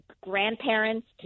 grandparents